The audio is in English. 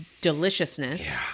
deliciousness